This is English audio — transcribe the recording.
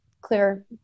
clear